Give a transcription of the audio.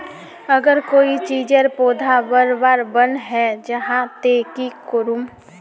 अगर कोई चीजेर पौधा बढ़वार बन है जहा ते की करूम?